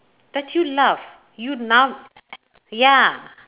that you love you now ya